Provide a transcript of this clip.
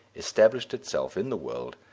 established itself in the world,